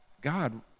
god